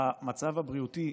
אדוני היושב-ראש,